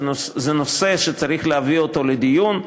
זה נושא שצריך להביא לדיון.